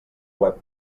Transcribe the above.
web